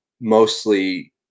mostly